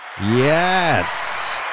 Yes